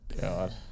god